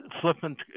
flippant